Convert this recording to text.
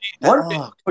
One